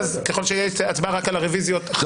ואז תהיה הצבעה רק על הרוויזיות.